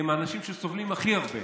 הם האנשים שסובלים הכי הרבה,